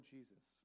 Jesus